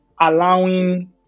allowing